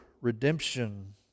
redemption